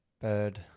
Bird